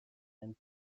and